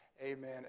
Amen